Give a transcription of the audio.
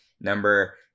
number